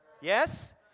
Yes